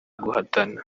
guhatana